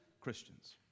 Christians